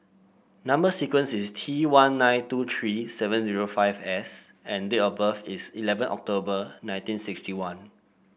number sequence is T one nine two three seven zero five S and date of birth is eleven October nineteen sixty one